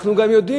אנחנו גם יודעים,